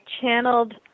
channeled